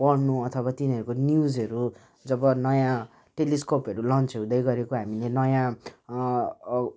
पढ्नु अथवा तिनीहरूको न्युजहरू जब नयाँ टेलिस्कोपहरू लन्च हुँदैगरेको हामीले नयाँ